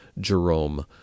Jerome